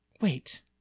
Wait